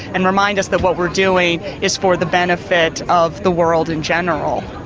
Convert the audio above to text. and remind us that what we're doing is for the benefit of the world in general.